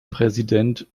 präsident